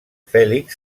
fèlix